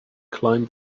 climbed